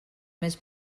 més